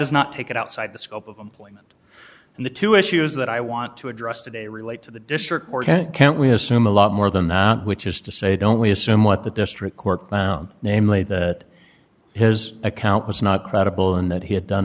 does not take it outside the scope of employment and the two issues that i want to address today relate to the district court can we assume a lot more than that which is to say don't we assume what the district court namely that his account was not credible and that he had done